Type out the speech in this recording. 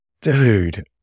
Dude